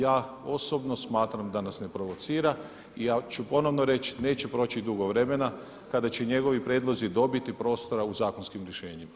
Ja osobno smatram da nas ne provocira i ja ću ponovno reći neće proći dugo vremena kada će njegovi prijedlozi dobiti prostora u zakonskim rješenjima.